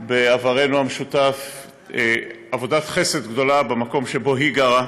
בעברנו המשותף עבודת חסד גדולה במקום שבו היא גרה,